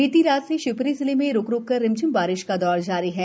बीति रात से शिवपुरी जिले में रूक रूक कर रिमझिम बारिश का दौर जारी है